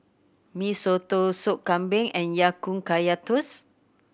Mee Soto Sup Kambing and Ya Kun Kaya Toast